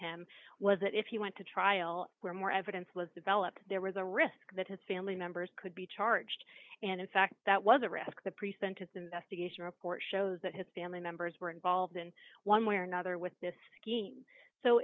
him was that if he went to trial where more evidence was developed there was a risk that his family members could be charged and in fact that was a risk the pre sentence investigation report shows that his family members were involved in one way or another with this s